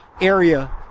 area